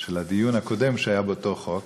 של הדיון הקודם שהיה באותו חוק